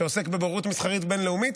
הצעת חוק הבוררות המסחרית הבין-לאומית,